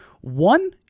One